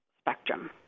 spectrum